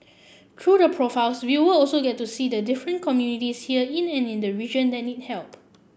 through the profiles viewer also get to see the different communities here in the region that need help